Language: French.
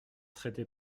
traité